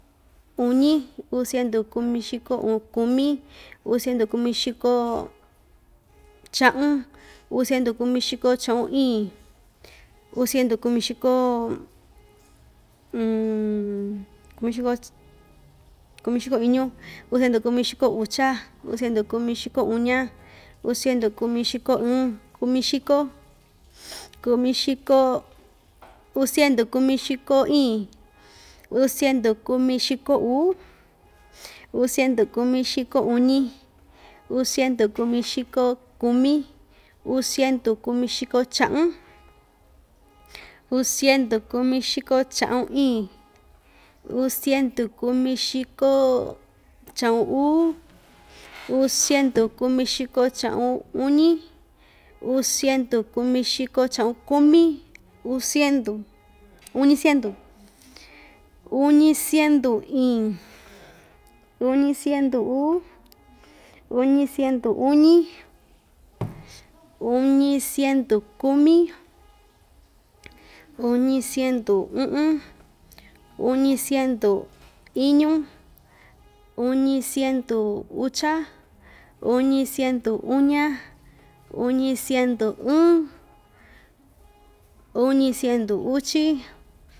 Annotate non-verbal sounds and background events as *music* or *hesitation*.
Uñi, uu siendu kumixiko u kumi, uu siendu kumixiko *noise* cha'un, uu siendu kumixiko cha'un iin, uu siendu kumixiko *hesitation* kumixiko kumixiko iñu, uu siendu kumixiko ucha, uu siendu kumixiko uña, uu siendu kumixiko ɨɨn, kumixiko kumixiko, uu siendu kumixiko iin, uu siendu kumixiko uu, uu siendu kumixiko uñi, uu siendu kumixiko kumi, uu siendu kumixiko cha'un, uu siendu kumixiko cha'un iin, uu siendu kumixiko cha'un uu, uu siendu kumixiko cha'un uñi, uu siendu kumixiko cha'un kumi, uu siendu, uñi siendu, uñi siendu iin, uñi siendu uu, uñi siendu uñi, *noise* uñi siendu kumi, uñi siendu u'un, uñi siendu iñu, uñi siendu ucha, uñi siendu uña, uñi siendu ɨɨn, uñi siendu uchi.